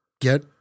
get